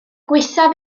gwaethaf